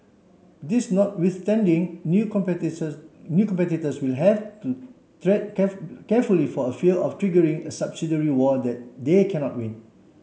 this notwithstanding new new competitors will have to tread careful carefully for a fear of triggering a subsidary war that they cannot win